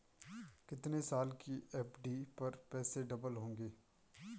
कितने साल की एफ.डी पर पैसे डबल होंगे?